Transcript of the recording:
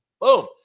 Boom